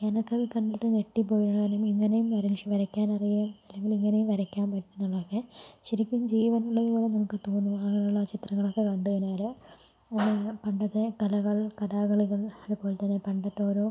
ഞാനൊക്കെ അത് കണ്ടിട്ട് ഞെട്ടിപ്പോയി കാരണം ഇങ്ങനെയും മനുഷ്യനെ വരക്കാൻ അറിയാം അല്ലെങ്കിൽ ഇങ്ങനെയും വരക്കാൻ പറ്റുമെന്നുള്ളതൊക്കെ ശരിക്കും ജീവനുള്ളതുപോലെ നമുക്ക് തോന്നും ആ ഉള്ള ചിത്രങ്ങളൊക്കെ കണ്ട് കഴിഞ്ഞാൽ അതുപോലെ പണ്ടത്തെ കഥകൾ കഥകളികൾ അതുപോലെ തന്നെ പണ്ടത്തെ ഓരോ